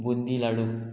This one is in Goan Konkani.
बुंदी लाडू